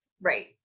Right